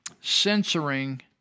censoring